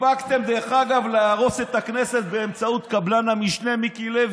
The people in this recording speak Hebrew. הספקתם להרוס את הכנסת באמצעות קבלן המשנה מיקי לוי.